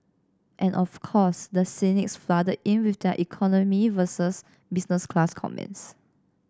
and of course the cynics flooded in with their economy versus business class comments